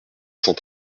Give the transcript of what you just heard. cent